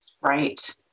Right